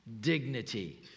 dignity